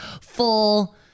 full